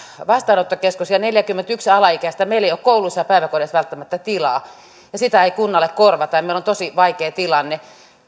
vastaanottokeskus ja neljäkymmentäyksi alaikäistä meillä ei ole kouluissa ja päiväkodeissa välttämättä tilaa ja sitä ei kunnalle korvata meillä on tosi vaikea tilanne